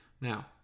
Now